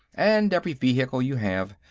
and every vehicle you have.